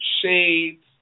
shades